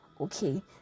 Okay